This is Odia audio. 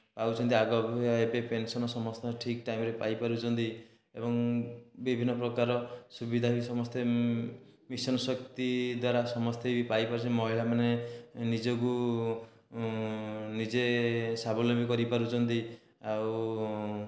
ପାଉଛନ୍ତି ଆଗ ଅପେକ୍ଷା ଏବେ ପେନ୍ସନ୍ ସମସ୍ତେ ଠିକ୍ ଟାଇମ୍ରେ ପାଇପାରୁଛନ୍ତି ଏବଂ ବିଭିନ୍ନପ୍ରକାର ସୁବିଧା ବି ସମସ୍ତେ ମିଶନ ଶକ୍ତି ଦ୍ୱାରା ସମସ୍ତେ ବି ପାଇପାରୁଛନ୍ତି ମହିଳାମାନେ ନିଜକୁ ନିଜେ ସ୍ୱାବଲମ୍ବୀ କରିପାରୁଛନ୍ତି ଆଉ